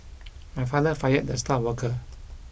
my father fired the star worker